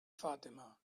fatima